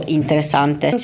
interessante